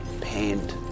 pained